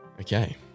Okay